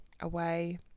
away